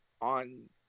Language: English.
on